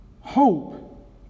hope